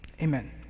Amen